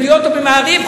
ב"ידיעות" או ב"מעריב"?